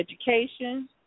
education